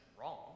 wrong